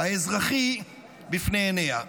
האזרחי, מול עיניה,